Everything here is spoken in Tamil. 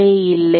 உள்ளே இல்லை